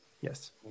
Yes